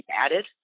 added